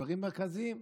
דברים מרכזיים.